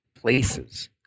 places